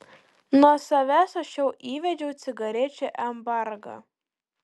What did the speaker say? nuo savęs aš jau įvedžiau cigarečių embargą